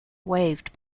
waived